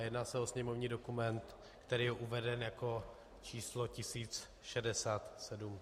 Jedná se o sněmovní dokument, který je uveden jako číslo 1067.